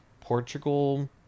Portugal